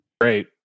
Great